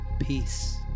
peace